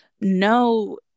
No